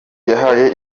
yahaye